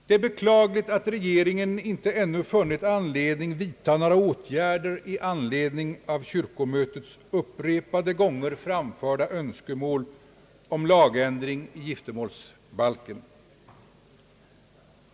Det är beklagligt att regeringen ännu inte funnit anledning vidta några åtgärder på grund av kyrkomötets upprepade gånger framförda önskemål om lagändring i giftermålsbalken.